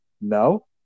no